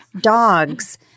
dogs